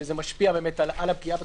שזה משפיע על הפגיעה בתושבים,